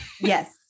Yes